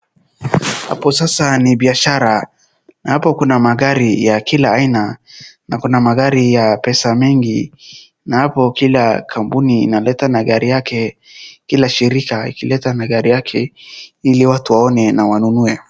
Hapo sasa ni biashara na hapo kuna magari ya kila aina. Na kuna magari ya pesa mingi. Na hapo kila kampuni inaleta na gari yake, kila shirika ikileta na gari yake ili watu waone na wanunue.